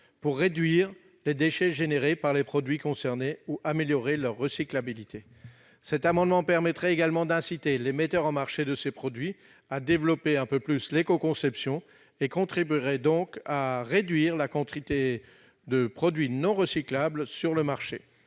pour réduire les déchets générés par les produits concernés ou améliorer leur recyclabilité. Cet amendement permettrait également d'inciter les metteurs sur le marché de ces produits à développer un peu plus l'éco-conception et contribuerait donc à réduire la quantité de produits non recyclables sur le marché.